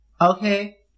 Okay